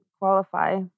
qualify